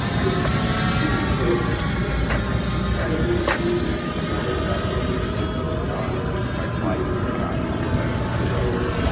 it is both in ratably moving story about the relationship of a father who is a professional failure,